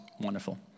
Wonderful